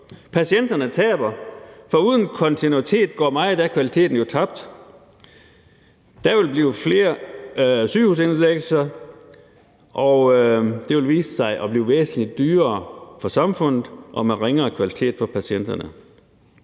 Patienterne taber, for uden kontinuitet går meget af kvaliteten jo tabt. Der vil blive flere sygehusindlæggelser, og det vil vise sig at blive væsentlig dyrere for samfundet og med ringere kvalitet for patienterne.